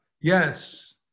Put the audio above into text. Yes